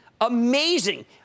amazing